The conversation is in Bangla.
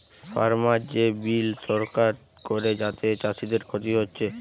ফার্মার যে বিল সরকার করে যাতে চাষীদের ক্ষতি হচ্ছে